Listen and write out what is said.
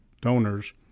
donors